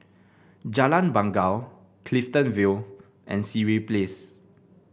Jalan Bangau Clifton Vale and Sireh Place